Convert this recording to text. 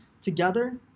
together